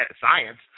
science